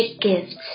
gifts